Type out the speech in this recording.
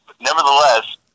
nevertheless